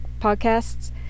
podcasts